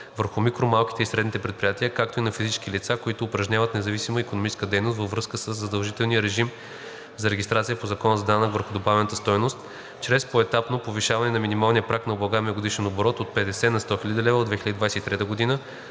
върху микро-, малките и средните предприятия, както и на физическите лица, които упражняват независима икономическа дейност, във връзка със задължителния режим за регистрация по Закона за данък върху добавената стойност, чрез поетапно повишаване на минималния праг на облагаемия годишен оборот от 50 хил. лв. на 100 хил. лв. от 2023 г.,